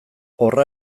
horra